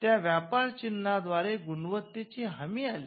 त्या व्यापार चीन्हाद्व्यारे गुणवत्तेची हमी आली